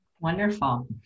Wonderful